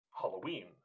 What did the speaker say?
Halloween